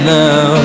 now